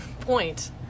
point